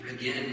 Again